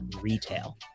retail